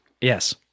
Yes